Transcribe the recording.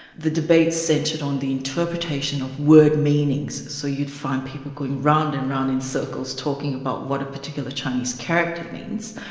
the debate centred on the interpretation of word meanings, so you'd find people going round and round in circles, talking about what a particular chinese character means.